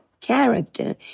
character